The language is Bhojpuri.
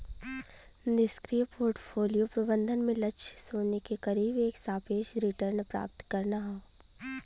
निष्क्रिय पोर्टफोलियो प्रबंधन में लक्ष्य शून्य के करीब एक सापेक्ष रिटर्न प्राप्त करना हौ